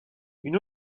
une